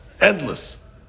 endless